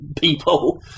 people